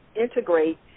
integrate